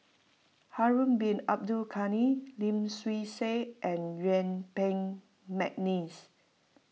Harun Bin Abdul Ghani Lim Swee Say and Yuen Peng McNeice